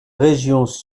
régions